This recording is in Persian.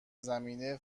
زمینه